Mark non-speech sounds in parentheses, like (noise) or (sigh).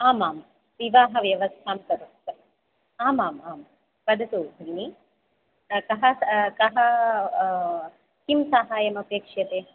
आम् आम् विवाहव्यवस्थां करो (unintelligible) आम् आम् आम् वदतु भगिनी ततः कः किं सहाय्यम् अपेक्ष्यते